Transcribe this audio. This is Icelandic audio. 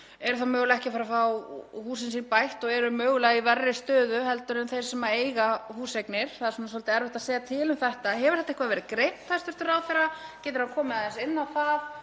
eru þá mögulega ekki að fara að fá húsin sín bætt og eru mögulega í verri stöðu en þeir sem eiga húseignir. Það er svolítið erfitt að segja til um þetta. Hefur þetta verið greint, hæstv. ráðherra? Getur hann komið aðeins inn á það?